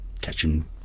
catching